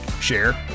share